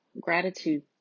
gratitude